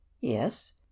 Yes